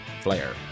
Flair